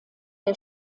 der